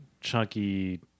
chunky